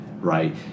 right